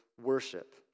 worship